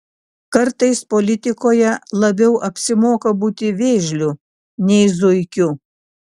kartais politikoje labiau apsimoka būti vėžliu nei zuikiu